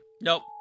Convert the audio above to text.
Nope